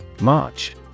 March